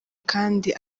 kandi